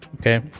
okay